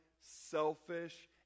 selfish